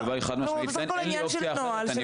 אין לי אופציה אחרת.